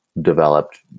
developed